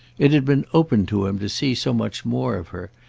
it had been open to him to see so much more of her,